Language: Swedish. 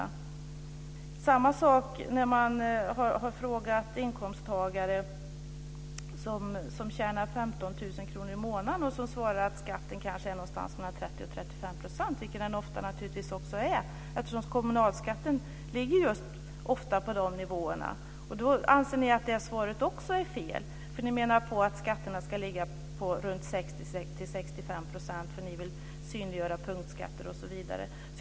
Det är samma sak när man har frågat inkomsttagare som tjänar 15 000 kr i månaden. De svarar att skatten kanske är någonstans mellan 30 % och 35 %, vilket den naturligtvis ofta också är. Kommunalskatten ligger ju ofta på de nivåerna. Ni anser att det svaret också är fel. Ni menar att skatterna ligger på 60 65 % eftersom ni vill synliggöra punktskatter, osv.